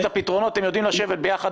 את הפתרונות אתם יודעים לשבת ביחד,